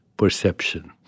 perception